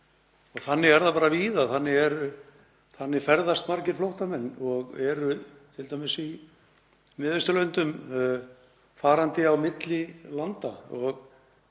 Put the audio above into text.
Þannig er það bara víða. Þannig ferðast margir flóttamenn og eru t.d. í Miðausturlöndum, farandi á milli landa.